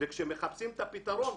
כאשר מחפשים את הפתרון,